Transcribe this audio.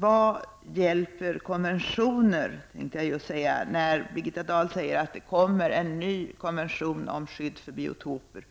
Vad hjälper konventioner, tänkte jag säga när Birgitta Dahl säger att det kommer en ny konvention om skydd för biotoper,